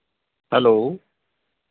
hello